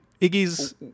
Iggy's